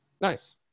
Nice